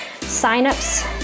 Sign-ups